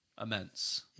immense